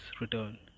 return